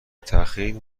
تاخیر